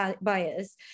bias